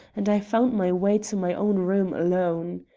and i found my way to my own room alone.